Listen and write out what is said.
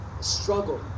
Struggle